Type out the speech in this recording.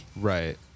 right